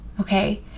okay